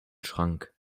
schrank